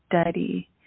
study